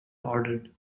ordered